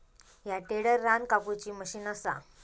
ह्या टेडर रान कापुची मशीन असा